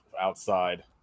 outside